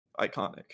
iconic